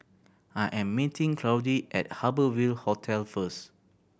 I am meeting Claudie at Harbour Ville Hotel first